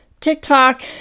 TikTok